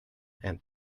and